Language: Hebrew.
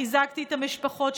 חיזקתי את המשפחות,